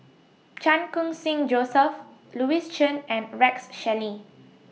Chan Khun Sing Joseph Louis Chen and Rex Shelley